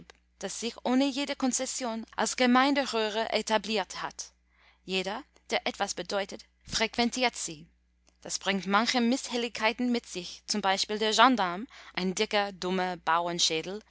das sich ohne jede konzession als gemeindehure etabliert hat jeder der etwas bedeutet frequentiert sie das bringt manche mißhelligkeiten mit sich z b der gendarm ein dicker